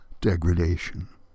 degradation